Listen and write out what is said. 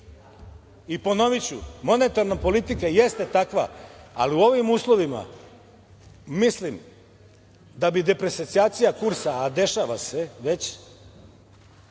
probleme. Ponoviću, monetarna politika jeste takva, ali u ovim uslovima mislim da bi depresijacija kursa, a dešava se već,